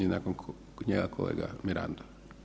I nakon njega kolega Mirando.